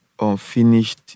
unfinished